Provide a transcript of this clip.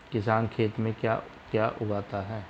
किसान खेत में क्या क्या उगाता है?